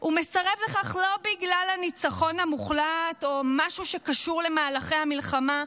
הוא מסרב לכך לא בגלל הניצחון המוחלט או משהו שקשור למהלכי המלחמה,